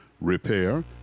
repair